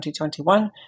2021